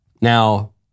Now